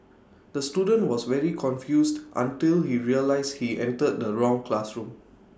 the student was very confused until he realised he entered the wrong classroom